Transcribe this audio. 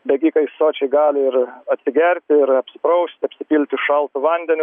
bėgikai sočiai gali ir atsigerti ir apsiprausti apsipilti šaltu vandeniu